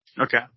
Okay